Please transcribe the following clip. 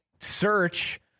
search